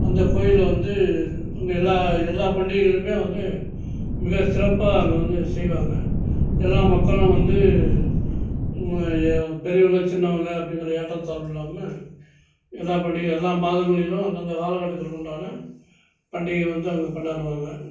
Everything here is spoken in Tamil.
அந்த கோயிலில் வந்து அங்கே எல்லா எல்லா பண்டிகைகளும் வந்து மிகச்சிறப்பாக அங்கே வந்து செய்வாங்க எல்லா மக்களும் வந்து ம ய பெரியவங்க சின்னவங்க அப்படிங்கிற ஏற்ற தாழ்வு இல்லாமல் எல்லாம் பண்டிகை எல்லாம் மாதங்களிலும் அந்தந்த காலகட்டத்திற்கு உண்டான பண்டிகையை வந்து அங்கே கொண்டாடுவாங்க